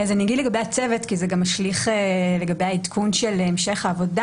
אני אגיד לגבי הצוות כי זה גם משליך לגבי העדכון של המשך העבודה.